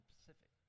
Pacific